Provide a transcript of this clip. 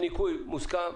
לניכוי מוסכם.